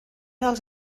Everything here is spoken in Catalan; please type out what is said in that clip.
dels